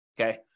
Okay